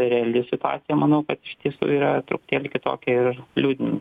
reali situacija manau kad iš tiesų yra truputėlį kitokia ir liūdinanti